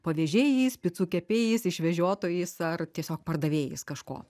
pavežėjais picų kepėjais išvežiotojais ar tiesiog pardavėjais kažko